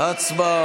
תאמין לנו.